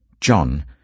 john